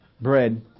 bread